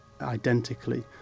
identically